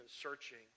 searching